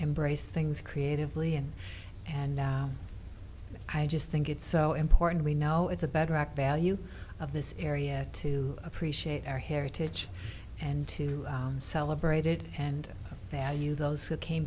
embrace things creatively and and i just think it's so important we know it's a bedrock value of this area to appreciate our heritage and to celebrated and value those who came